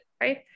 right